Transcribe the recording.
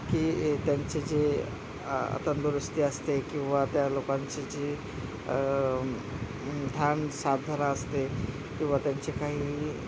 की ए त्यांचे जे तंदुरुस्ती असते किंवा त्या लोकांची जी ध्यान साधना असते किंवा त्यांची काही